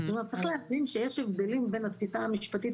צריך להבין שיש הבדלים בין התפיסה המשפטית